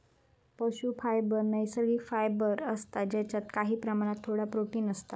पशू फायबर नैसर्गिक फायबर असता जेच्यात काही प्रमाणात थोडा प्रोटिन असता